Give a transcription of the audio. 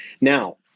Now